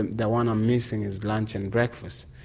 and the one i'm missing is lunch and breakfast,